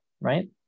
right